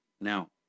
now